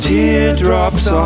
Teardrops